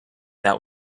that